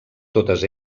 totes